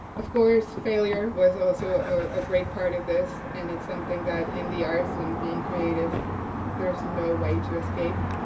of course failure was also a great part of this, and it's something that in the arts and being creative there's no way to escape.